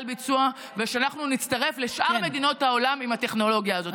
ביצוע ושאנחנו נצטרף לשאר מדינות העולם עם הטכנולוגיה הזו.